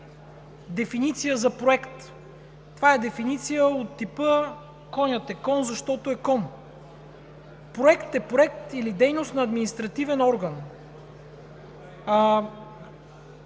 дефиниция за проект, това е дефиниция от типа „конят е кон, защото е кон“ – „проект“ е проект или дейност на административен орган.